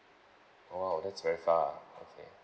!wow! that's very far okay